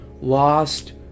Lost